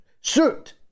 suit